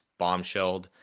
bombshelled